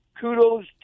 kudos